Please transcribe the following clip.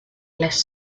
less